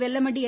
Vellamandi என்